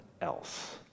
else